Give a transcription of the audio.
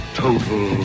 total